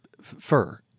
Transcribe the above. fur